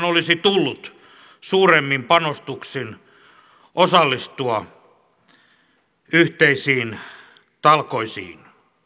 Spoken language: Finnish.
olisi tullut suuremmin panostuksin osallistua yhteisiin talkoisiin